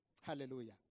Hallelujah